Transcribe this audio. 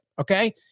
Okay